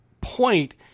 point